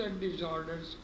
disorders